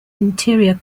interior